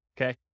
okay